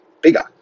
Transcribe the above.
bigger